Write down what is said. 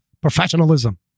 professionalism